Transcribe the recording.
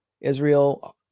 Israel